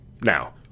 Now